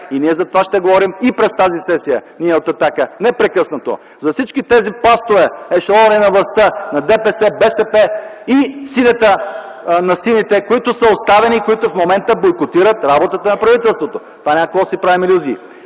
за това ще говорим и през тази сесия непрекъснато. За всички тези пластове, ешелони на властта на ДПС, БСП и на сините, които са оставени, които в момента бойкотират работата на правителството, няма какво да си правим илюзии.